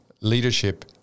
leadership